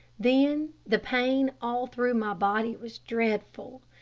then the pain all through my body was dreadful.